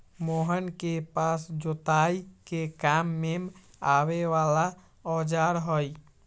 मोहन के पास जोताई के काम में आवे वाला औजार हई